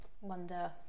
wonder